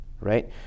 right